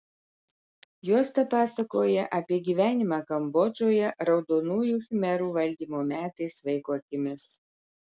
juosta pasakoja apie gyvenimą kambodžoje raudonųjų khmerų valdymo metais vaiko akimis